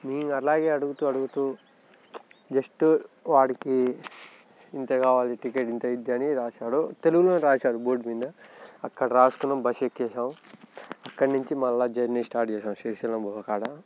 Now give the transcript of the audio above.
నేను అలాగే అడుగుతూ అడుగుతూ జస్ట్ వాడికి ఇంత కావాలి టికెట్ ఎంత అయిద్ది అని రాశాడు తెలుగులో రాశాడు బోర్డు మీద అక్కడ రాసుకున్నాం బస్సు ఎక్కేసాం అక్కడి నుంచి మళ్ళా జర్నీ స్టార్ట్ చేశాం శ్రీశైలం కాడ